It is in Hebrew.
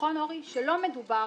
שמדובר